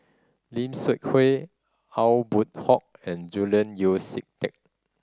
Lim Seok Hui Aw Boon Haw and Julian Yeo See Teck